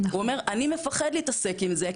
הוא אומר אני מפחד להתעסק עם זה,